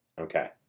Okay